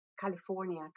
California